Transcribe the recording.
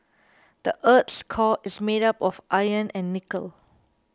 the earth's core is made of iron and nickel